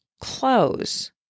close